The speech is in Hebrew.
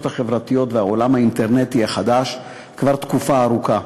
החברתיות והעולם האינטרנטי החדש כבר תקופה ארוכה,